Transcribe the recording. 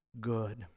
good